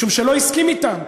משום שלא הסכים אתם,